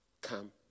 come